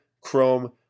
Chrome